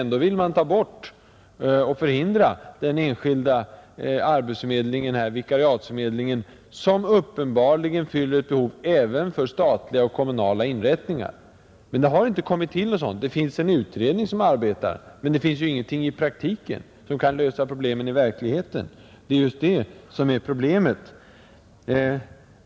Ändå vill man förhindra den enskilda vikariatsförmedling, som uppenbarligen fyller ett behov även för t. ex, statliga och kommunala inrättningar. Det finns en utredning som arbetar, men det finns ingenting i praktiken som kan lösa dessa frågor i verkligheten. Det är just detta som är problemet.